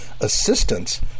assistance